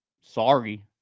Sorry